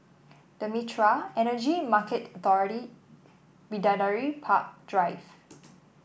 The Mitraa Energy Market Authority Bidadari Park Drive